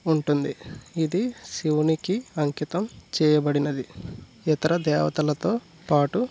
ఉంటుంది ఇది శివునికి అంకితం చేయబడినది ఇతర దేవతలతో పాటు